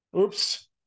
Oops